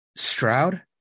stroud